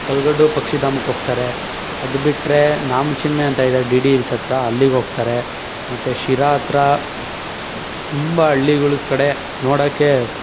ಕಗ್ಗಲ್ಡು ಪಕ್ಷಿಧಾಮಕ್ಕೆ ಹೋಗ್ತಾರೆ ಅದು ಬಿಟ್ಟರೆ ನಾಮ ಚಿಲುಮೆ ಅಂತ ಇದೆ ಡಿ ಡಿ ಹಿಲ್ಸ್ ಹತ್ರ ಅಲ್ಲಿಗೆ ಹೋಗ್ತಾರೆ ಮತ್ತು ಶಿರಾ ಹತ್ರ ತುಂಬ ಹಳ್ಳಿಗಳ ಕಡೆ ನೋಡಕ್ಕೆ